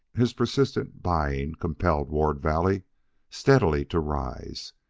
his persistent buying compelled ward valley steadily to rise,